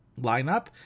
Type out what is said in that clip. lineup